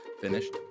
Finished